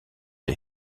les